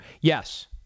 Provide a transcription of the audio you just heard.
Yes